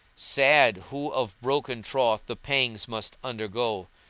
sad, who of broken troth the pangs must undergo!